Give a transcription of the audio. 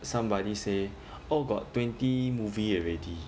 somebody say oh got twenty movie already